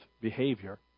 behavior